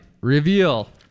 Reveal